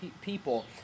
people